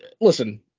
Listen